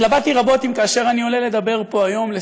התלבטתי רבות אם כאשר אני עולה לדבר פה היום,